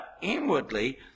inwardly